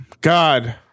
god